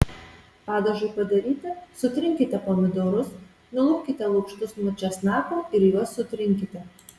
padažui padaryti sutrinkite pomidorus nulupkite lukštus nuo česnakų ir juos sutrinkite